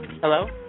Hello